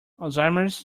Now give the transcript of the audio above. alzheimer’s